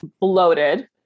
bloated